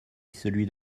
celui